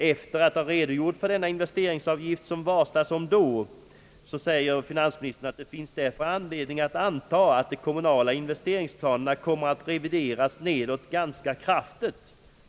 Efter att ha redogjort för den investeringsavgift som där varslas säger finansministern: »Det finns därför anledning att anta att de kommunala investeringsplanerna kommer att revideras nedåt ganska kraftigt.